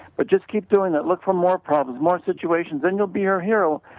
but just keep doing that, look for more problems, more situations, and you will be her hero.